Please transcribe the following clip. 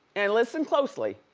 and listen closely,